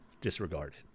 disregarded